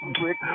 brick